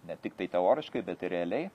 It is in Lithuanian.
ne tiktai teoriškai bet ir realiai